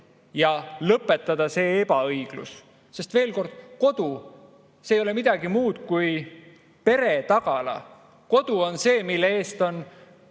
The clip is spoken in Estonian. ja lõpetada see ebaõiglus. Veel kord, kodu ei ole midagi muud kui pere tagala. Kodu on see, mille eest on